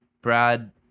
Brad